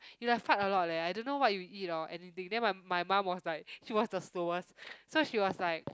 you like fart a lot leh I don't know what you eat hor anything then my my mum was like she was the slowest so she was like